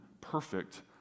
perfect